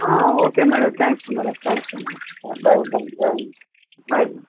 ஆ okay madam thanks madam thanks ஆ bye bye bye பாய்